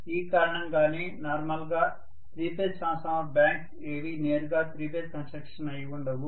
ఈ కారణం గానే నార్మల్ గా త్రీ ఫేజ్ ట్రాన్స్ఫార్మర్స్ బ్యాంక్స్ ఏవీ నేరుగా త్రీ ఫేజ్ కన్స్ట్రక్షన్ అయి ఉండవు